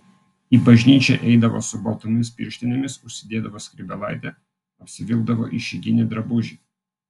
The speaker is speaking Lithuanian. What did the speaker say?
į bažnyčią eidavo su baltomis pirštinėmis užsidėdavo skrybėlaitę apsivilkdavo išeiginį drabužį